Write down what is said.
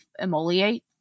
emoliate